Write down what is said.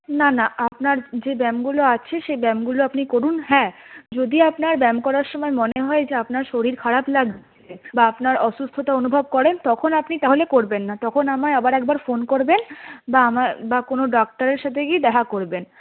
না না আপনার যে ব্যামগুলো আছে সেই ব্যামগুলো আপনি করুন হ্যাঁ যদি আপনার ব্যাম করার সময় মনে হয় যে আপনার শরীর খারাপ লাগছে বা আপনার অসুস্থতা অনুভব করেন তখন আপনি তাহলে করবেন না তখন আমায় আবার একবার ফোন করবেন বা আমার বা কোনো ডক্টরের সাথে গিয়ে দেখা করবেন